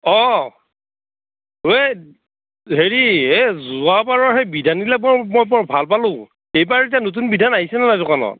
অঁ এই হেৰি এ যোৱাবাৰৰ সেই বিধানবিলাক মই বৰ ভাল পালোঁ এইবাৰ এতিয়া নতুন বিধান আহিছে নে নাই দোকানত